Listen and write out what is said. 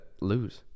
lose